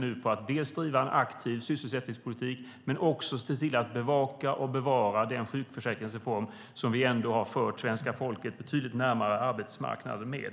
Det handlar om att driva en aktiv sysselsättningspolitik men också om att se till att bevaka och bevara den sjukförsäkringsreform som ändå har fört svenska folket betydligt närmare arbetsmarknaden.